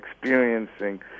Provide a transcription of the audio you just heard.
experiencing